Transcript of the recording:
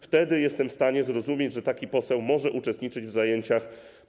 Wtedy jestem w stanie zrozumieć, że taki poseł może uczestniczyć w zajęciach.